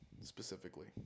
specifically